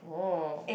oh